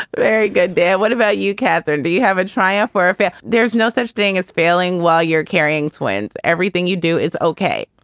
very good day. what about you, catherine? do you have a trial? or if yeah there's no such thing as failing while you're carrying twins? everything you do is ok